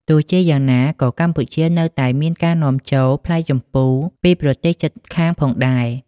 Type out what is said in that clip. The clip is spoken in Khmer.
ទោះជាយ៉ាងណា ក៏កម្ពុជានៅតែមានការនាំចូលផ្លែជម្ពូពីប្រទេសជិតខាងផងដែរ។